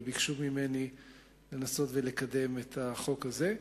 וביקשו ממני לנסות לקדם את החוק הזה.